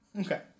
Okay